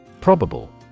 Probable